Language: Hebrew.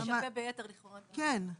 כן, כן.